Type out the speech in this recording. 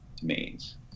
domains